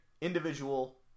individual